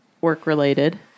work-related